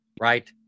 right